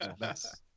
Yes